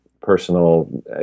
personal